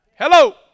Hello